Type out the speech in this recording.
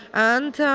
and ah,